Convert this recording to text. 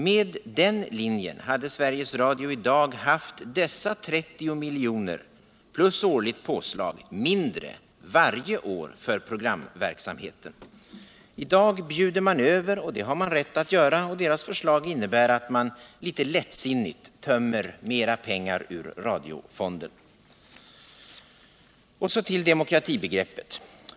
Med den linjen skulle Sveriges Radio i dag ha haft 30 miljoner plus årligt påslag mindre varje år för programverksamheten. I dag bjuder man över — och det har man rätt att göra. Socialdemokraternas förslag innebär dock att man litet lättsinnigt tömmer mera pengar ur radiofonden. Och så till demokratibegreppet.